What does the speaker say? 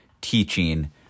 teaching